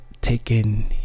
taken